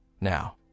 Now